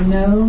no